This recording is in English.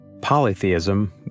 polytheism